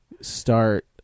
start